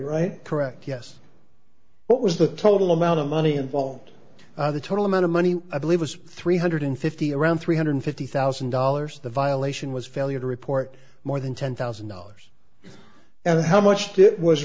right correct yes what was the total amount of money involved the total amount of money i believe was three hundred fifty around three hundred fifty thousand dollars the violation was failure to report more than ten thousand dollars and how much did was